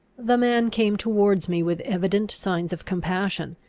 the man came towards me with evident signs of compassion,